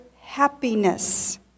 happiness